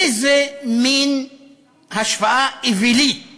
איזה מין השוואה אווילית